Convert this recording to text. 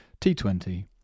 T20